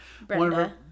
Brenda